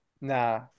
Nah